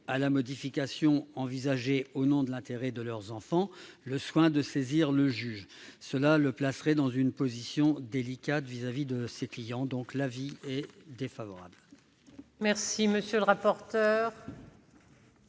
à la modification envisagée au nom de l'intérêt de leurs enfants le soin de saisir le juge, car cela le placerait dans une position délicate vis-à-vis de ses clients. En conséquence, l'avis est défavorable. La parole est